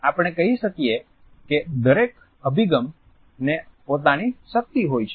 આપણે કહી શકીએ કે દરેક અભિગમને પોતાની શક્તિ હોય છે